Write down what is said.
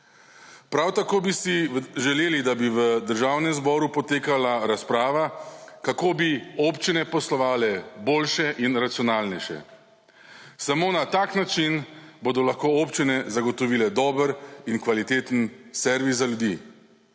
Prav tako bi si želeli, da bi v Državnem zboru potekala razprava, kako bi občine poslovale boljše in racionalnejše. Samo na tak način bodo lahko občine zagotovile dober in kvaliteten servis za ljudi